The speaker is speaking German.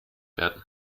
werden